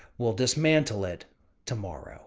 we'll dismantle it tomorrow.